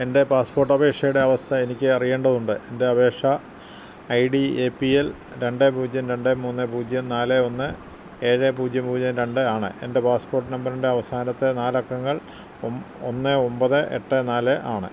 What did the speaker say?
എൻ്റെ പാസ്പോർട്ട് അപേക്ഷയുടെ അവസ്ഥ എനിക്ക് അറിയേണ്ടതുണ്ട് എൻ്റെ അപേക്ഷ I D A P L രണ്ട് പൂജ്യം രണ്ട് മൂന്ന് പൂജ്യം നാല് ഒന്ന് ഏഴ് പൂജ്യം പൂജ്യം രണ്ട് ആണ് എൻ്റെ പാസ്പോർട്ട് നമ്പറിൻ്റെ അവസാനത്തെ നാല് അക്കങ്ങൾ ഒന്ന് ഒമ്പത് എട്ട് നാല് ആണ്